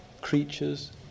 creatures